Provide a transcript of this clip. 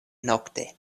nokte